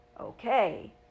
Okay